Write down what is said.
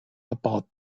about